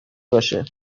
باشه